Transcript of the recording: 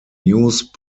use